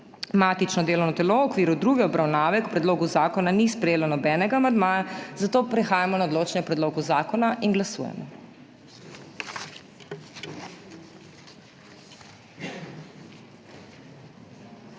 Matično delovno telo v okviru druge obravnave k predlogu zakona ni sprejelo nobenega amandmaja, zato prehajamo na odločanje o predlogu zakona. Glasujemo.